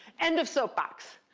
end of soapbox.